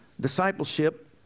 discipleship